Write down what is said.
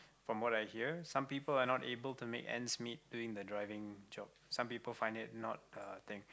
from what I hear some people are not able to make ends meet doing the driving job some people find it not a thing